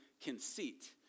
conceit